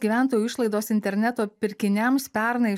gyventojų išlaidos interneto pirkiniams pernai